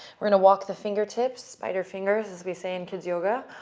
we're going to walk the fingertips, spider fingers, as we say in kids yoga,